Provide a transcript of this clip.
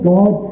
God